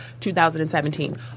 2017